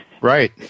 Right